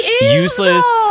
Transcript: useless